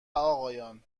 آقایان